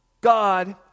God